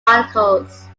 articles